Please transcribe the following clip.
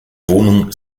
wohnung